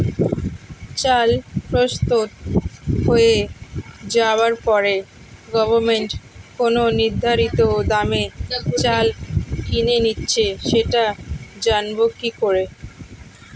চাল প্রস্তুত হয়ে যাবার পরে গভমেন্ট কোন নির্ধারিত দামে চাল কিনে নিচ্ছে সেটা জানবো কি করে?